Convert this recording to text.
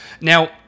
Now